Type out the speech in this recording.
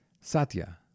Satya